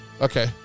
Okay